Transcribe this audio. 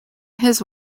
his